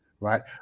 right